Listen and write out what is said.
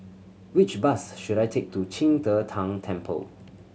which bus should I take to Qing De Tang Temple